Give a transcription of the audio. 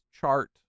chart